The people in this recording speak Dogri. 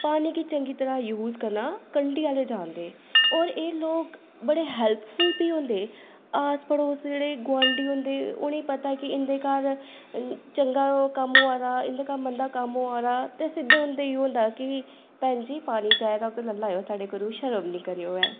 पानी गी चंगी तरह् यूज करना कंढी आह्ले जानदे और एह् लोक बड़े हैल्पफुल बी होंदे आस पड़ोस जेह्ड़े गोआंढी होंदे उ'नें ई पता कि इं'दे घर चंगा कम्म होआ दा इंदे घर मंदा कम्म होआ दा ते सिद्धे उंदे ओह् होंदा कि भैन जी पानी चाहिदा कि साढ़े घरूं शर्म निं करे ऐ